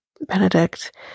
Benedict